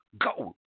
Go